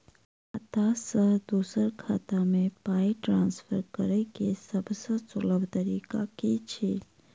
खाता सँ दोसर खाता मे पाई ट्रान्सफर करैक सभसँ सुलभ तरीका की छी?